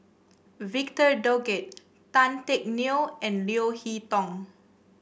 Victor Doggett Tan Teck Neo and Leo Hee Tong